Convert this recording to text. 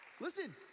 Listen